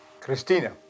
Christina